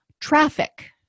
Traffic